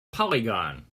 polygon